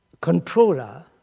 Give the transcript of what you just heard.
controller